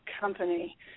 company